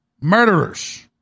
Murderers